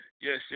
Yes